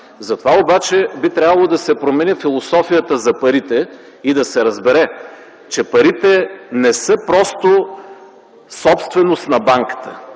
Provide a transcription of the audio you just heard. Затова обаче би трябвало да се промени философията за парите и да се разбере, че парите не са просто собственост на банката.